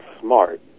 smart